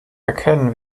erkennen